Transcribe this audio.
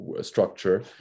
structure